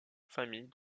famille